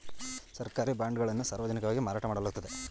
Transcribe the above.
ಸರ್ಕಾರಿ ಬಾಂಡ್ ಗಳನ್ನು ಸಾರ್ವಜನಿಕವಾಗಿ ಮಾರಾಟ ಮಾಡಲಾಗುತ್ತದೆ